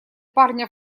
парня